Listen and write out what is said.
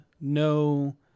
no